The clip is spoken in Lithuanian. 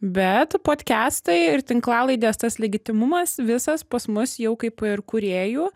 bet podkestai ir tinklalaidės tas legitimumas visas pas mus jau kaip ir kūrėjų